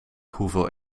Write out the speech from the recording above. hoeveel